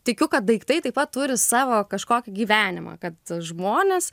tikiu kad daiktai taip pat turi savo kažkokį gyvenimą kad žmonės